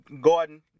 Gordon